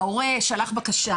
ההורה שלח בקשה.